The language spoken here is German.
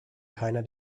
keiner